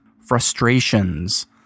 frustrations